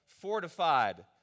Fortified